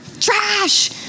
trash